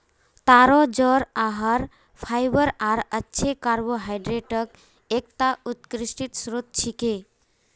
तारो जड़ आहार फाइबर आर अच्छे कार्बोहाइड्रेटक एकता उत्कृष्ट स्रोत छिके